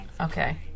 Okay